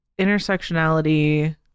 intersectionality